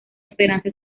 esperanza